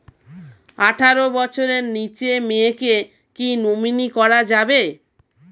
আঠারো বছরের নিচে মেয়েকে কী নমিনি করা যাবে?